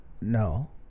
No